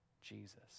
Jesus